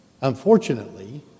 Unfortunately